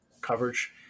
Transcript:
coverage